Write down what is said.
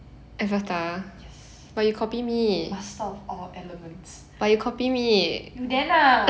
yes master of all elements you then ah